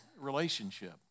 relationship